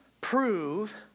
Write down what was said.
prove